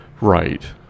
Right